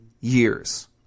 years